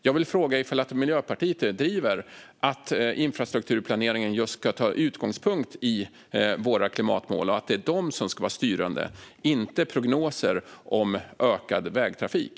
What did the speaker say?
Jag vill fråga om Miljöpartiet driver att infrastrukturplaneringen ska ta sin utgångspunkt i våra klimatmål och att det är de som ska vara styrande och inte prognoser om ökad vägtrafik.